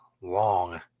long